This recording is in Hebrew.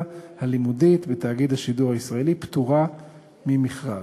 הלימודית בתאגיד השידור הישראלי פטורה ממכרז.